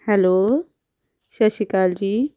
hello ਸਤਿ ਸ਼੍ਰੀ ਅਕਾਲ ਜੀ